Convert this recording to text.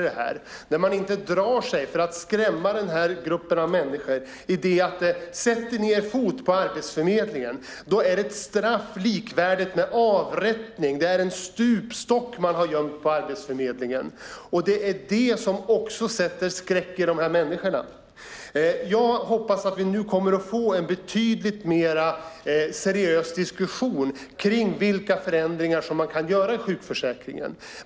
Man drar sig inte för att skrämma denna grupp av människor med att om de sätter sin fot på Arbetsförmedlingen är det ett straff likvärdigt med avrättning. Det är en stupstock man har gömt på Arbetsförmedlingen. Det sätter skräck i dessa människor. Jag hoppas att vi får en betydligt mer seriös diskussion om vilka förändringar man kan göra i sjukförsäkringen.